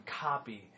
copy